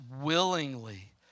willingly